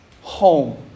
home